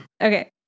Okay